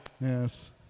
Yes